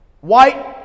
White